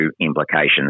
implications